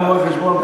גם רואה-חשבון,